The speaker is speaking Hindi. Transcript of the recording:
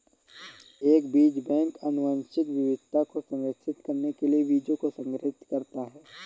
एक बीज बैंक आनुवंशिक विविधता को संरक्षित करने के लिए बीजों को संग्रहीत करता है